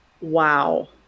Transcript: wow